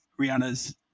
rihanna's